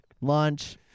Lunch